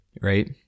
right